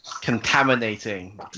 contaminating